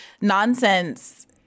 nonsense